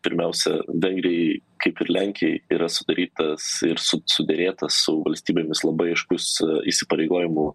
pirmiausia vengrijoj kaip ir lenkijoj yra sudarytas ir su suderėtas su valstybėmis labai aiškus įsipareigojimų